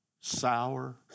Sour